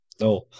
No